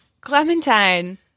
Clementine